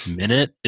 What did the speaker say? minute